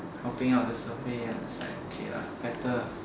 copying out the survey lah it's like okay lah better